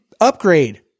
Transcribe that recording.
upgrade